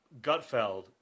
Gutfeld